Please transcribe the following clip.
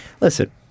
Listen